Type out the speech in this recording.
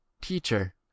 Teacher